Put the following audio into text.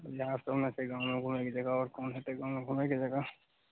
इएह सभ ने छै गाँवमे घुमैके जगह आओर कोन होयतै गाँवमे घुमैके जगह